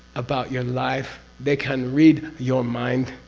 about your life. they can read your mind.